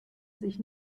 sich